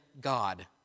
God